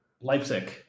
Leipzig